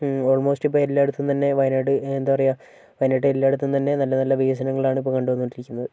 almost ഇപ്പോൾ എല്ലായിടത്തും തന്നെ വയനാട് എന്താ പറയുക വയനാട്ടിൽ എല്ലായിടത്തും തന്നെ നല്ല നല്ല വികസനങ്ങളാണ് ഇപ്പോൾ കൊണ്ടുവന്നുകൊണ്ടിരിക്കുന്നത്